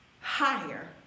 higher